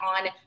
on